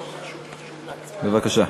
בבקשה.